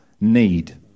need